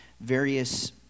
various